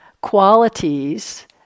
qualities